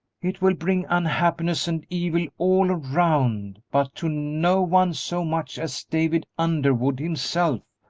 it will bring unhappiness and evil all around, but to no one so much as david underwood himself,